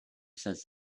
says